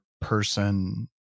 person